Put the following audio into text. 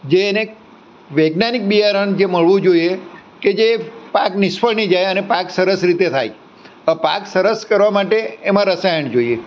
જે એને વૈજ્ઞાનિક બિયારણ જે મળવું જોઈએ કે જે પાક નિષ્ફળ નહીં જાય અને પાક સરસ રીતે થાય પાક સરસ કરવા માટે એમાં રસાયણ જોઈએ